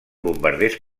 bombarders